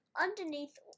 underneath